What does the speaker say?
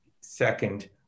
second